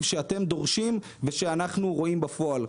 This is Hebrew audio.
שאתם דורשים ושאנחנו רואים בפועל'.